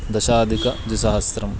दशाधिकद्विसहस्रम्